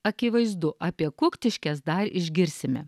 akivaizdu apie kuktiškes dar išgirsime